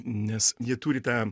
nes jie turi tą